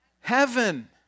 Heaven